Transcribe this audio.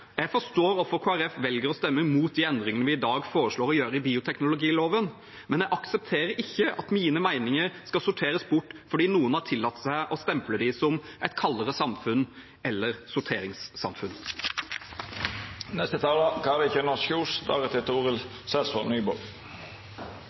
Jeg forstår hvorfor Kristelig Folkeparti velger å stemme mot de endringene vi i dag foreslår å gjøre i bioteknologiloven. Men jeg aksepterer ikke at mine meninger skal sorteres bort fordi noen har tillatt seg å stemple dem som et kaldere samfunn eller